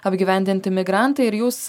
apgyvendinti migrantai ir jūs